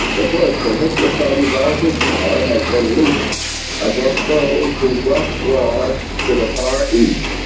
but force from which the sun draws its power has been loosed against those who brought war to the far east.